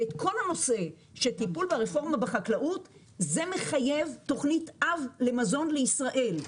כל הנושא של רפורמה בחקלאות זה דבר שמחייב תוכנית אב למזון בישראל,